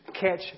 catch